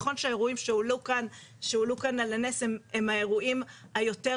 נכון שהאירועים שהועלו כאן על הנס הם האירועים היותר